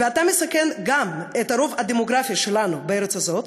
ואתה מסכן גם את הרוב הדמוגרפי שלנו בארץ הזאת,